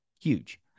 Huge